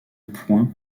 point